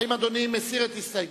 האם אדוני מסיר את הסתייגותו?